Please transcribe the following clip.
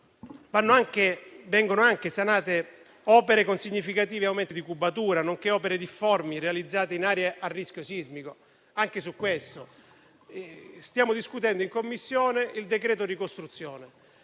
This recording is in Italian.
Vengono inoltre sanate opere con significativi aumenti di cubatura, nonché difformi, realizzate in aree a rischio sismico. Stiamo discutendo in Commissione il decreto ricostruzione,